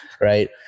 right